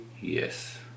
Yes